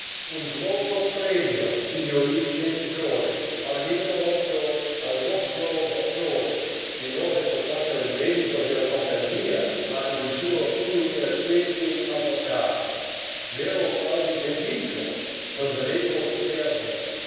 un grosso premio signor ispettore all'amico nostro al nostro dottore che non è soltanto il medico della compagnia ma il suo più eloquente avvocato m'ero quasi pentito non volevo saperne